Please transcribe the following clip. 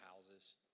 houses